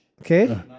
Okay